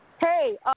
Hey